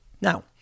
Now